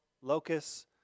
locusts